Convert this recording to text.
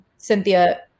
Cynthia